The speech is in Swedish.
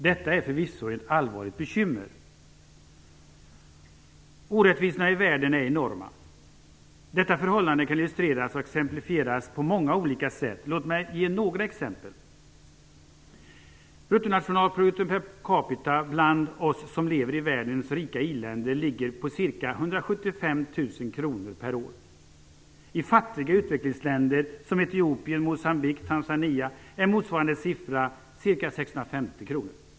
Detta är förvisso ett allvarligt bekymmer. Orättvisorna i världen är enorma. Detta förhållande kan illustreras och exemplifieras på många olika sätt. Låt mig ge några exempel. Bruttonationalprodukten per capita bland oss som lever i världens rika i-länder ligger på ca 175 000 kr per år. I fattiga utvecklingsländer som Etiopien, Moçambique och Tanzania är motsvarande siffra ca 650 kr.